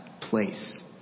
place